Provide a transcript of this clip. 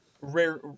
rare